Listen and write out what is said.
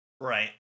Right